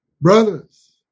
Brothers